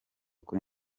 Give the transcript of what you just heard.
kuri